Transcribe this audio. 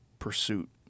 pursuit